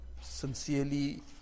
sincerely